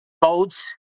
Boats